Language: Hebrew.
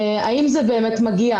האם זה באמת מגיע